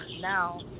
Now